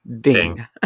ding